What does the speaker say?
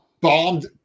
Bombed